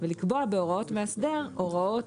ולקבוע בהוראות המאסדר הוראות,